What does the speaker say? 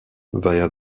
via